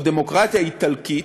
או דמוקרטיה איטלקית,